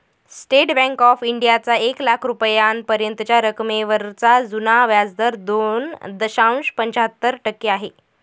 state bank of इंडियाचा एक लाख रुपयांपर्यंतच्या रकमेवरचा जुना व्याजदर दोन दशांश पंच्याहत्तर टक्के आहे